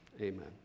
Amen